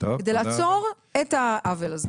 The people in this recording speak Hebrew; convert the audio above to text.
כדי לעצור את העוול הזה.